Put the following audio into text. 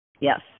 Yes